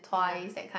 ya